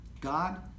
God